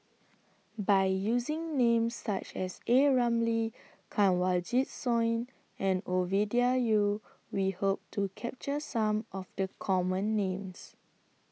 By using Names such as A Ramli Kanwaljit Soin and Ovidia Yu We Hope to capture Some of The Common Names